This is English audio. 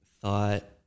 thought